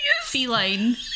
Feline